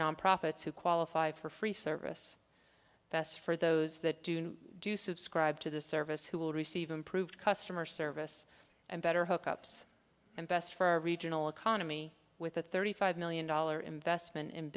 non profits who qualify for free service best for those that do do subscribe to the service who will receive improved customer service and better hookups and best for our regional economy with a thirty five million dollar investment